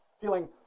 feeling